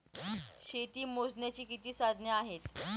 शेती मोजण्याची किती साधने आहेत?